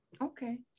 Okay